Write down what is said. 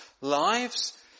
lives